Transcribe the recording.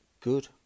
good